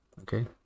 okay